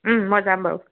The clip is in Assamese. মই যাম বাৰু